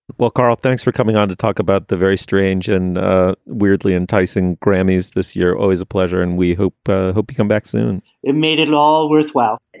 but carl, thanks for coming on to talk about the very strange and weirdly enticing grammys this year. always a pleasure. and we hope hope you come back soon it made it all worthwhile. and